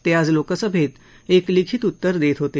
ते आज लोकसभेत एक लिखित उत्तर देत होते